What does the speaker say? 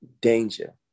danger